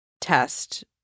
test